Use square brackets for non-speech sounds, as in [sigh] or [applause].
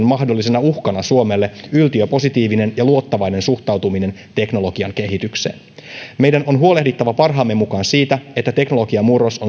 [unintelligible] mahdollisena tulevaisuuden uhkana suomelle yltiöpositiivinen ja luottavainen suhtautuminen teknologian kehitykseen meidän on huolehdittava parhaamme mukaan siitä että teknologiamurros [unintelligible]